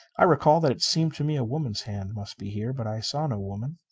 i recall that it seemed to me a woman's hand must be here. but i saw no woman.